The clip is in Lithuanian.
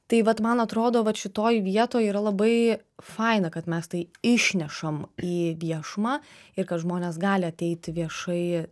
tai vat man atrodo vat šitoj vietoj yra labai faina kad mes tai išnešam į viešumą ir kad žmonės gali ateiti viešai